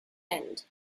end